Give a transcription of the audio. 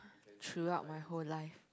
throughout my whole life